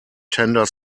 tender